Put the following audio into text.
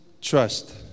trust